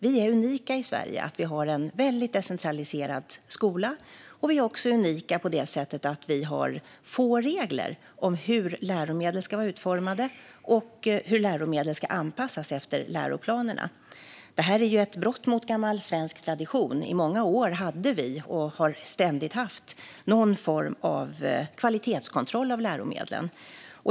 Vi är unika i Sverige i att vi har en väldigt decentraliserad skola, och vi är också unika på det sättet att vi har få regler om hur läromedel ska vara utformade och hur läromedel ska anpassas efter läroplanerna. Det är ett brott mot gammal svensk tradition. I många år hade vi, och har ständigt haft, någon form av kvalitetskontroll av läromedel.